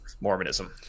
Mormonism